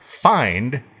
Find